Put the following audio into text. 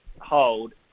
hold